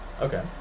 Okay